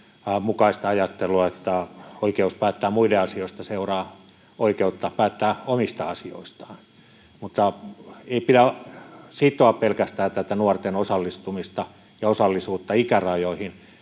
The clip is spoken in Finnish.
mukaista ajattelua, että oikeus päättää muiden asioista seuraa oikeutta päättää omista asioistaan. Mutta ei pidä sitoa tätä nuorten osallistumista ja osallisuutta pelkästään